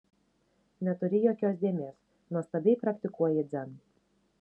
neturi jokios dėmės nuostabiai praktikuoji dzen